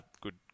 good